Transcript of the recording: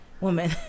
woman